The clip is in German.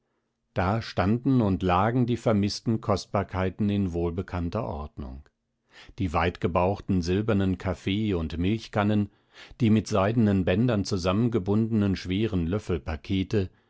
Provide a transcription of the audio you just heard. da standen und lagen die vermißten kostbarkeiten in wohlbekannter ordnung die weitgebauchten silbernen kaffee und milchkannen die mit seidenen bändern zusammengebundenen schweren